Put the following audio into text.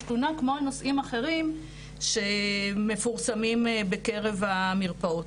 תלונה כמו על נושאים אחרים שמפורסמים בקרב המרפאות.